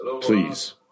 Please